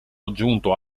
aggiunto